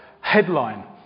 headline